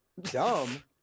Dumb